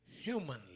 humanly